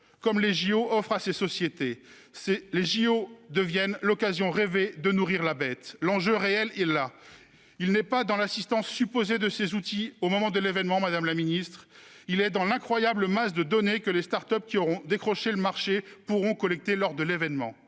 Paralympiques, offrent à ces sociétés : les Jeux deviennent l'occasion rêvée de nourrir la bête. L'enjeu réel est là. Il n'est pas dans l'assistance supposée de ces outils au moment de l'événement, madame la ministre ; il est dans l'incroyable masse de données que les start-ups qui auront décroché le marché pourront collecter lors de l'événement.